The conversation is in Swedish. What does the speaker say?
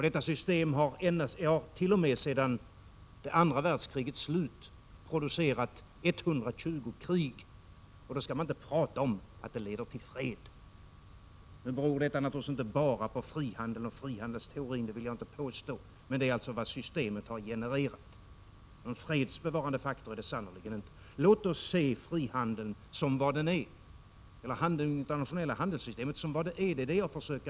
Detta system har t.o.m. sedan det andra världskrigets slut producerat 120 krig, och därför skall man inte prata om att systemet leder till fred. Nu beror detta naturligtvis inte bara på frihandeln och frihandelsteorin, det vill jag inte påstå, men det är alltså vad systemet har genererat. Någon fredsbevarande faktor är det sannerligen inte. Låt oss se det internationella handelssystemet som vad det är.